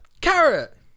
Carrot